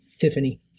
Tiffany